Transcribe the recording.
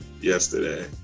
yesterday